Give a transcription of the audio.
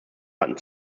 hatten